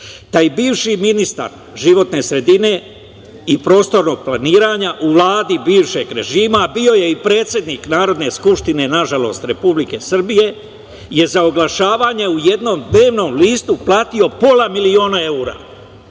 DRI.Taj bivši ministar životne sredine i prostornog planiranja u Vladi bivšeg režima, a bio je i predsednik Narodne skupštine, nažalost, Republike Srbije, je za oglašavanje u jednom dnevnom listu platio pola miliona evra.